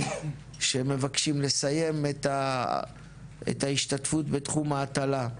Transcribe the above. שמבקשים לסיים את ההשתתפות בתחום ההטלה,